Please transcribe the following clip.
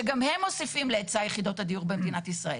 שגם הם מוסיפים להיצע יחידות הדיור במדינת ישראל.